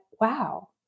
wow